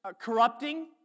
corrupting